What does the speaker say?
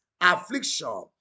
affliction